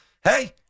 Hey